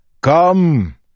Come